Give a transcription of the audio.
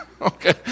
Okay